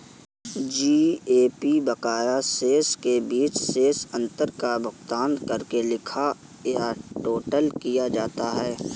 GAP बकाया शेष के बीच शेष अंतर का भुगतान करके लिखा या टोटल किया जाता है